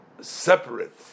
separate